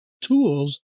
tools